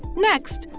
next,